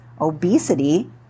Obesity